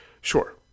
Sure